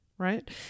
Right